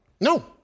No